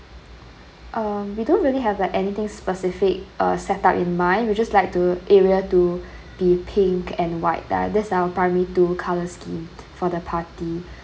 uh we don't really have like anything specific uh set up in mind we just like to area to be pink and white lah this our primary two colour scheme for the party